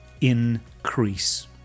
increase